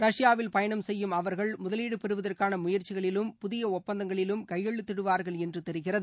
ரஷ்பாவில் பயணம் செய்யும் அவர்கள் முதலீடு பெறுவதற்கான முயற்சிகளிலும் புதிய ஒப்பந்தங்களிலும் கையெழுத்திடுவார்கள் என்று தெரிகிறது